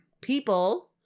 people